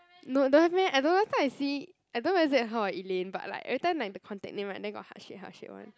no don't have meh I don't know last time I see I don't know whether is it her or Elaine but like every time like the contact name [right] then got heart shape heart shape [one]